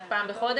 עוד פעם,